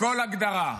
בכל הגדרה.